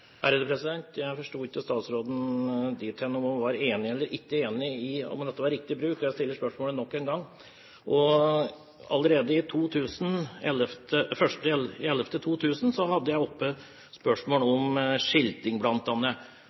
Jeg forsto ikke om statsråden var enig eller ikke enig i om dette var riktig bruk, og jeg stiller spørsmålet nok en gang. Allerede 1. november 2000 hadde jeg oppe spørsmål om skilting